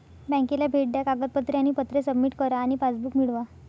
बँकेला भेट द्या कागदपत्रे आणि पत्रे सबमिट करा आणि पासबुक मिळवा